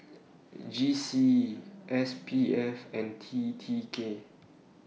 G C E S P F and T T K